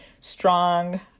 strong